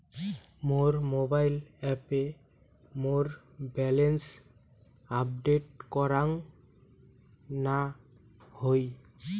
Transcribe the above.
মোর mobile অ্যাপে মোর balance update করাং না হই